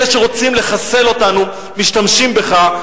אלה שרוצים לחסל אותנו משתמשים בך,